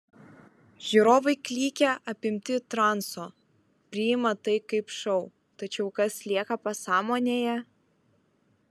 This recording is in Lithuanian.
žiūrovai klykia apimti transo priima tai kaip šou tačiau kas lieka pasąmonėje